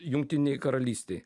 jungtinei karalystei